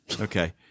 Okay